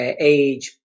age